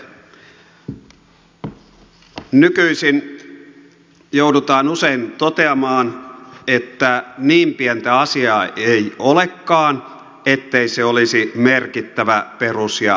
nykyisin joudutaan usein toteamaan että niin pientä asiaa ei olekaan ettei se olisi merkittävä perus ja ihmisoikeuskysymys